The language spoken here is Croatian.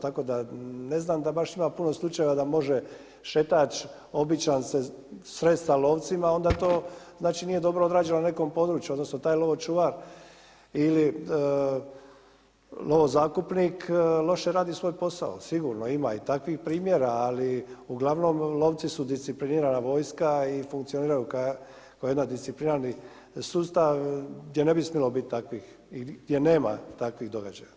Tako da ne zna da baš ima puno slučajeva da može šetač običan se sresti sa lovcima, onda to znači nije dobro odrađeno na nekom području odnosno taj lovočuvar ili zakupnik loše radi svoj posao, sigurno ima i takvih primjera, ali uglavnom lovci su disciplinirana vojska i funkcioniraju kao jedna disciplinarni sustav gdje ne bi smjelo biti takvih i gdje nema takvih događaja.